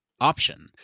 option